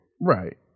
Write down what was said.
Right